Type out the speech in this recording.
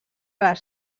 les